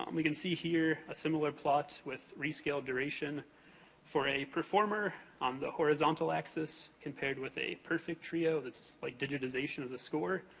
um we can see here, a similar plot with rescale duration for any performer. um the horizontal axis, compared with a perfect trio. this is like digitization of the score,